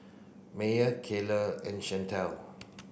Meyer Karly and Shantell